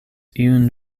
iun